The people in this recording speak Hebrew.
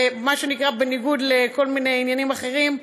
ומה שנקרא בניגוד לכל מיני עניינים אחרים,